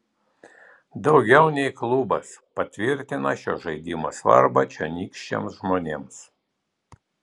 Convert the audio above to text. daugiau nei klubas patvirtina šio žaidimo svarbą čionykščiams žmonėms